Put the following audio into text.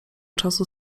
czasu